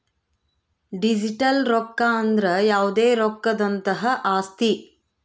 digital ರೊಕ್ಕ ಅಂದ್ರ ಯಾವ್ದೇ ರೊಕ್ಕದಂತಹ ಆಸ್ತಿ